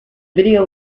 video